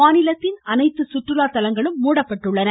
மாநிலத்தின் அனைத்து சுற்றுலா தலங்களும் மூடப்பட்டுள்ளன